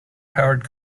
powered